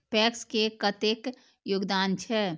PACS के कतेक योगदान छै?